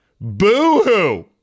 Boo-hoo